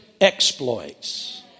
exploits